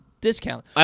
discount